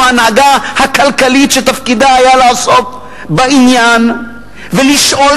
ההנהגה הכלכלית שתפקידה היה לעסוק בעניין ולשאול